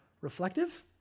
reflective